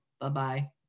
Bye-bye